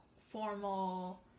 formal